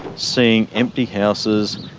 seeing empty houses,